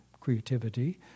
creativity